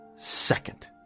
Second